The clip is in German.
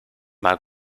mal